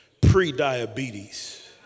Pre-diabetes